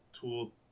tool